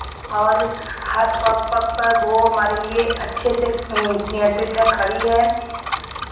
और हर पग पग पर वो हमारे लिए अच्छे से नियंत्रित है खड़ी है